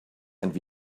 and